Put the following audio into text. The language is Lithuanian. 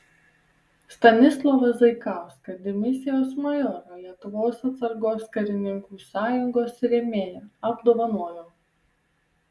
stanislovą zaikauską dimisijos majorą lietuvos atsargos karininkų sąjungos rėmėją apdovanojo